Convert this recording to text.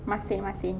masin masin